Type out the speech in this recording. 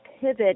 pivot